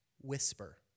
whisper